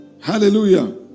Hallelujah